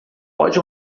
pode